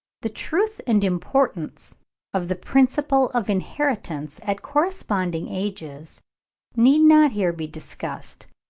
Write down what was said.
the truth and importance of the principle of inheritance at corresponding ages need not here be discussed,